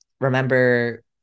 remember